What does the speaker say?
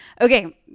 okay